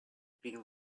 been